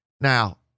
Now